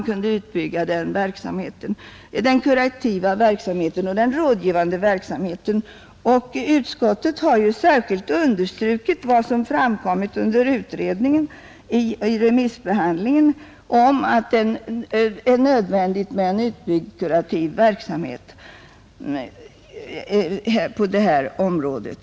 En utbyggnad av den kurativa och rådgivande verksamheten är naturligtvis angelägen, och utskottet har särskilt understrukit vad som framkommit vid remissbehandlingen om att det är nödvändigt med en utbyggd kurativ verksamhet på det här området.